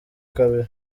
kabiri